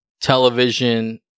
television